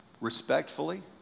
respectfully